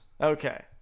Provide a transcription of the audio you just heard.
Okay